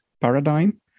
paradigm